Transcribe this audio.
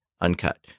uncut